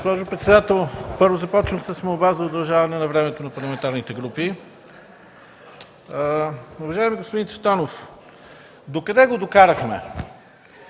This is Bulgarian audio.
първо започвам с молба за удължаване на времето на парламентарните групи. Уважаеми господин Цветанов, до къде го докарахме